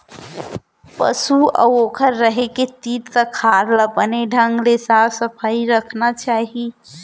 पसु अउ ओकर रहें के तीर तखार ल बने ढंग ले साफ सफई रखना चाही